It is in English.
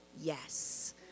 yes